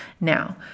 Now